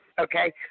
Okay